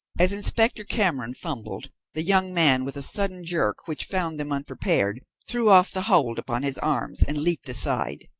as inspector cameron fumbled, the young man, with a sudden jerk which found them unprepared, threw off the hold upon his arms and leaped aside.